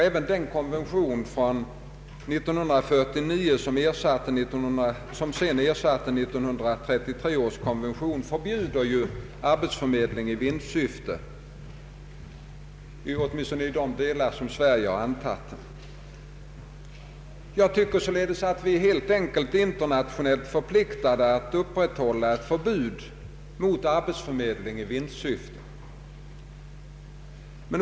även den konvention av 1949 som sedan ersatte 1933 års konvention förbjuder arbetsförmedling i vinstsyfte, åtminstone i de delar av den som Sverige anslutit sig till. Jag anser således att vi helt enkelt är internationellt förpliktade att upprätthålla ett förbud mot arbetsförmedling i vinstsyfte.